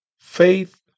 Faith